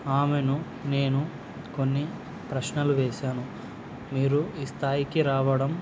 ఆమెను నేను కొన్ని ప్రశ్నలు వేశాను మీరు ఈ స్థాయికి రావడం